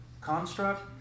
construct